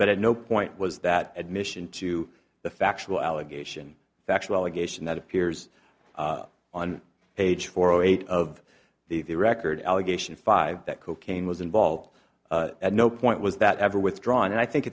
at no point was that admission to the factual allegation factual allegations that appears on page four zero eight of the record allegation five that cocaine was involved at no point was that ever withdrawn and i think